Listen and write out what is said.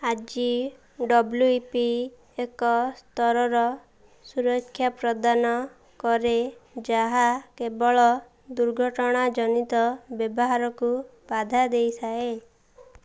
ଆଜି W E P ଏକ ସ୍ତରର ସୁରକ୍ଷା ପ୍ରଦାନ କରେ ଯାହା କେବଳ ଦୁର୍ଘଟଣାଜନିତ ବ୍ୟବହାରକୁ ବାଧା ଦେଇଥାଏ